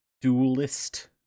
duelist